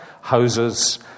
houses